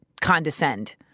condescend